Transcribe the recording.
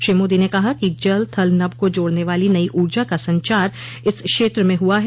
श्री मोदी ने कहा कि जल थल नभ को जोड़ने वाली नई ऊर्जा का संचार इस क्षेत्र में हुआ है